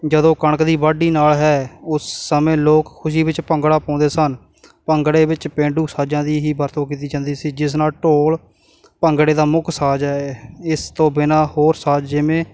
ਜਦੋਂ ਕਣਕ ਦੀ ਵਾਢੀ ਨਾਲ ਹੈ ਉਸ ਸਮੇਂ ਲੋਕ ਖੁਸ਼ੀ ਵਿੱਚ ਭੰਗੜਾ ਪਾਉਂਦੇ ਸਨ ਭੰਗੜੇ ਵਿੱਚ ਪੇਂਡੂ ਸਾਜ਼ਾਂ ਦੀ ਹੀ ਵਰਤੋਂ ਕੀਤੀ ਜਾਂਦੀ ਸੀ ਜਿਸ ਨਾਲ ਢੋਲ ਭੰਗੜੇ ਦਾ ਮੁੱਖ ਸਾਜ਼ ਹੈ ਇਸ ਤੋਂ ਬਿਨਾ ਹੋਰ ਸਾਜ਼ ਜਿਵੇਂ